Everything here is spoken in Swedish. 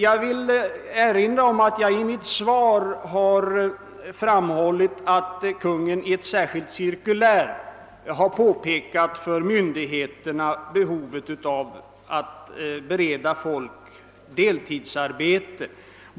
I mitt svar har jag alltså framhållit, att Kungl. Maj:t i ett särskilt cirkulär till myndigheterna har pekat på behovet att bereda folk deltidsarbete.